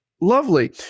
Lovely